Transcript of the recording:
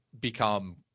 become